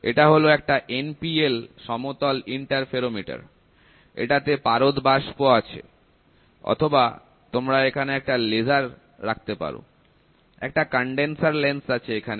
এটা হল একটা NPL সমতল ইন্টারফেরোমিটার এটাতে পারদ বাষ্প আছে অথবা তোমরা এখানে একটা লেজার রাখতে পারো একটা কন্ডেনসার লেন্স আছে এখানে